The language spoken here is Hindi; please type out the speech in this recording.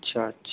अच्छा अच्छा